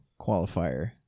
Qualifier